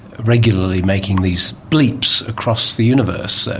regularly making these bleeps across the universe,